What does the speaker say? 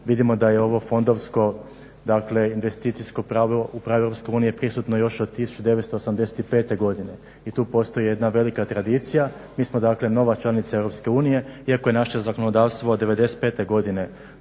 vidimo da je ovo fondovsko investicijsko pravilo u pravu EU prisutno još od 1985.godine i tu postoji jedna velika tradicija. Mi smo nova članica EU iako je naše zakonodavstvo od '95.godine